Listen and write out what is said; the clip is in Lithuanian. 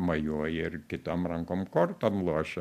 mojuoja ir kitom rankom kortom lošia